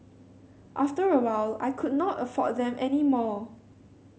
after a while I could not afford them any more